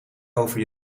over